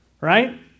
Right